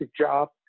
job